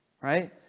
right